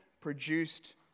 produced